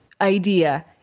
idea